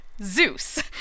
Zeus